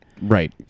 Right